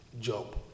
job